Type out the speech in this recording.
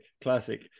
Classic